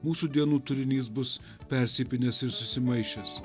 mūsų dienų turinys bus persipynęs ir susimaišęs